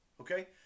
okay